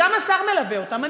גם השר מלווה אותן.